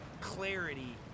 clarity